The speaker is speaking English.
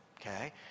Okay